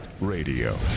Radio